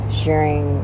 sharing